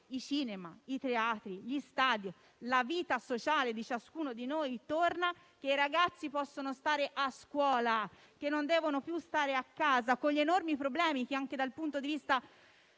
i cinema, i teatri e gli stadi. Torna la vita sociale di ciascuno di noi, i ragazzi possono stare a scuola e non devono più stare a casa, con gli enormi problemi che, anche dal punto di vista